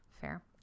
fair